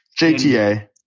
JTA